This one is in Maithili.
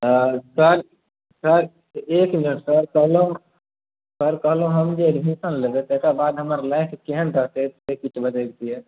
सर सर सर एक मिनट सर कहलहुँ सर कहलहुँ हम जे एडमिशन लेबै तेकरा बाद हमरा लाइफ केहन रहतै से किछु बतबतियै